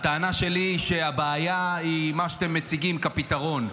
הטענה שלי היא שהבעיה היא עם מה שאתם מציגים כפתרון.